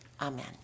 Amen